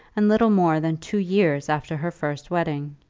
and little more than two years after her first wedding!